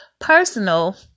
personal